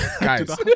guys